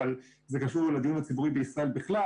אבל זה קשור לדיון הציבורי בישראל בכלל